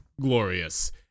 glorious